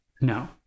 No